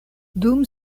dum